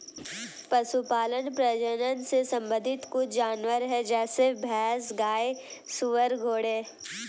पशुपालन प्रजनन से संबंधित कुछ जानवर है जैसे भैंस, गाय, सुअर, घोड़े